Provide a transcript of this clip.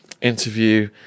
interview